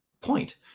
point